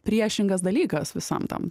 priešingas dalykas visam tam